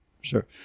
Sure